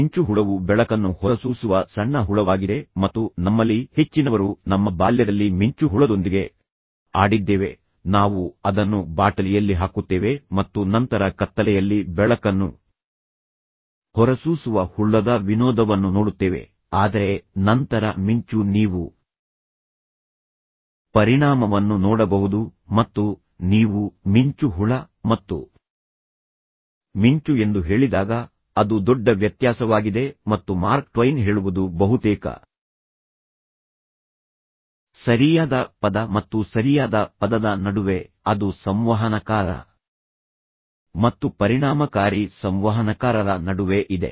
ಮಿಂಚು ಹುಳವು ಬೆಳಕನ್ನು ಹೊರಸೂಸುವ ಸಣ್ಣ ಹುಳವಾಗಿದೆ ಮತ್ತು ನಮ್ಮಲ್ಲಿ ಹೆಚ್ಚಿನವರು ನಮ್ಮ ಬಾಲ್ಯದಲ್ಲಿ ಮಿಂಚು ಹುಳದೊಂದಿಗೆ ಆಡಿದ್ದೇವೆ ನಾವು ಅದನ್ನು ಬಾಟಲಿಯಲ್ಲಿ ಹಾಕುತ್ತೇವೆ ಮತ್ತು ನಂತರ ಕತ್ತಲೆಯಲ್ಲಿ ಬೆಳಕನ್ನು ಹೊರಸೂಸುವ ಹುಳದ ವಿನೋದವನ್ನು ನೋಡುತ್ತೇವೆ ಆದರೆ ನಂತರ ಮಿಂಚು ನೀವು ಪರಿಣಾಮವನ್ನು ನೋಡಬಹುದು ಮತ್ತು ನೀವು ಮಿಂಚು ಹುಳ ಮತ್ತು ಮಿಂಚು ಎಂದು ಹೇಳಿದಾಗ ಅದು ದೊಡ್ಡ ವ್ಯತ್ಯಾಸವಾಗಿದೆ ಮತ್ತು ಮಾರ್ಕ್ ಟ್ವೈನ್ ಹೇಳುವುದು ಬಹುತೇಕ ಸರಿಯಾದ ಪದ ಮತ್ತು ಸರಿಯಾದ ಪದದ ನಡುವೆ ಅದು ಸಂವಹನಕಾರ ಮತ್ತು ಪರಿಣಾಮಕಾರಿ ಸಂವಹನಕಾರರ ನಡುವೆ ಇದೆ